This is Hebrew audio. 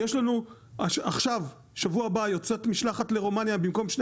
יש לנו עכשיו שבוע הבא יוצאת משלחת לרומניה במקום שני